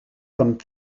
comme